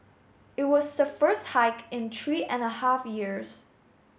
it was the first hike in three and a half years